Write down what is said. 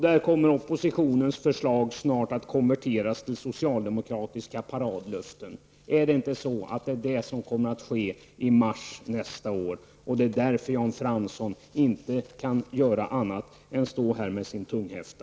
Där kommer oppositionens förslag snart att konverteras till socialdemokratiska paradlöften. Är det inte det som kommer att ske i mars nästa år? Det är därför Jan Fransson inte kan göra annat än att stå här med sin tunghäfta.